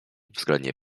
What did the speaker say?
względnie